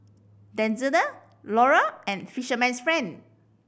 Denizen Lora and Fisherman's Friend